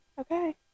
okay